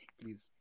please